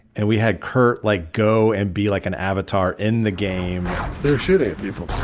and we had kurt like, go and be like an avatar in the game they're shooting people.